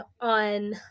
on